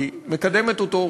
כי מקדמת אותו,